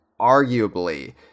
arguably